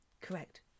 correct